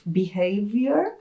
behavior